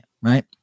right